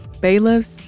bailiffs